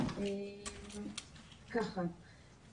קודם כל,